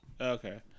Okay